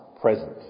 present